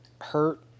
hurt